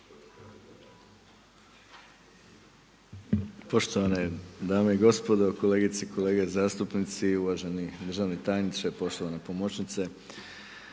Poštovane dame i gospodo, kolegice i kolege zastupnici i uvaženi državni tajniče, poštovana pomoćnice.